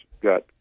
got